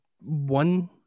one